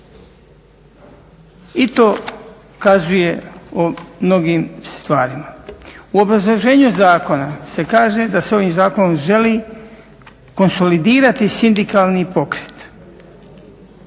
I to kazuje o mnogim stvarima. U obrazloženju zakona se kaže da se ovim zakonom želi konsolidirati sindikalni pokret.